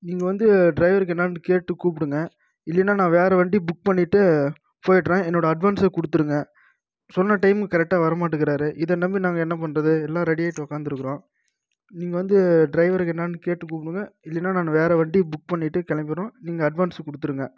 நீங்கள் வந்து ட்ரைவருக்கு என்னான்னு கேட்டு கூப்பிடுங்க இல்லைனா நான் வேறே வண்டி புக் பண்ணிட்டு போகிடுறேன் என்னோட அட்வான்ஸை கொடுத்துருங்க சொன்ன டைமுக்கு கரெக்டாக வர மாட்டேக்கிறாரு இதை நம்பி நாங்கள் என்ன பண்ணுறது எல்லாம் ரெடி ஆகிட்டு உக்காந்துருக்குறோம் நீங்கள் வந்து ட்ரைவருக்கு என்னான்னு கேட்டு கூப்பிடுங்க இல்லேனால் நான் வேறே வண்டி புக் பண்ணிட்டு கிளம்பிடுறோம் நீங்கள் அட்வான்ஸை கொடுத்துருங்க